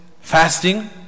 fasting